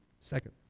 Second